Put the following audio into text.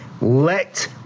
Let